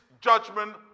judgment